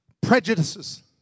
Prejudices